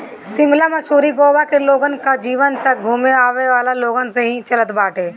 शिमला, मसूरी, गोवा के लोगन कअ जीवन तअ घूमे आवेवाला लोगन से ही चलत बाटे